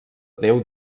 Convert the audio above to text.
déu